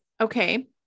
Okay